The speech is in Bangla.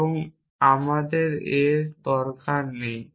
এবং আমাদের a এর দরকার নেই